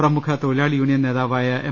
പ്രമുഖ തൊഴിലാളി യൂണിയൻ നേതാ വായ എം